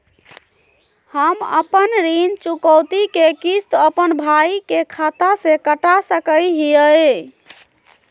हम अपन ऋण चुकौती के किस्त, अपन भाई के खाता से कटा सकई हियई?